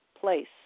place